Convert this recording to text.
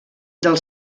del